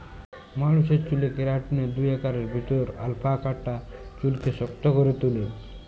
মালুসের চ্যুলে কেরাটিলের দুই আকারের ভিতরে আলফা আকারটা চুইলকে শক্ত ক্যরে তুলে